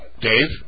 Dave